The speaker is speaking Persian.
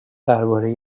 درباره